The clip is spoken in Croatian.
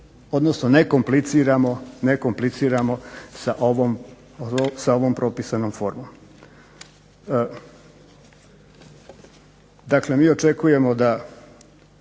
odnosno ne kompliciramo sa ovom propisanom formom. Dakle, mi očekujemo da